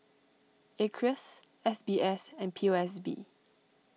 Acres S B S and P O S B